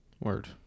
Word